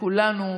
כולנו,